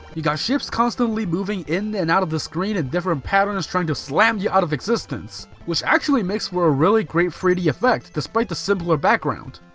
you got ships constantly moving in and out of the screen in different patterns trying to slam you out of existence, which actually makes for a really great three d effect despite the simpler background.